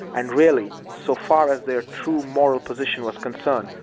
and really, so far as their true moral position was concerned,